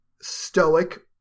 stoic